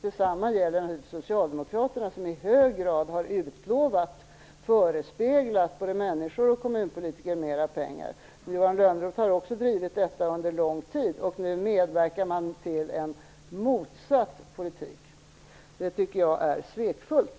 Detsamma gäller Socialdemokraterna som i hög grad har förespeglat både människor och kommunpolitiker mera pengar. Johan Lönnroth har också drivit detta under lång tid. Men nu medverkar Vänsterpartiet till en motsatt politik. Det tycker jag är svekfullt.